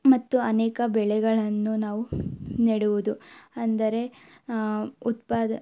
ಮತ್ತು ಅನೇಕ ಬೆಳೆಗಳನ್ನು ನಾವು ನೆಡುವುದು ಅಂದರೆ ಉತ್ಪಾದ